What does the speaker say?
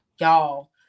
Y'all